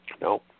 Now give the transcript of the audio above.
No